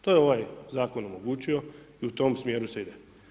To je ovaj zakon omogućio i u tom smjeru se ide.